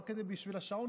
רק בשביל השעון,